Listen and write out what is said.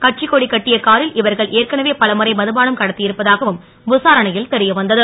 கட்சிக்கொடி கட்டிய காரில் இவர்கள் ஏற்கனவே பலமுறை மதுபானம் கடத் ருப்பதாகவும் விசாரணை ல் தெரியவந்தது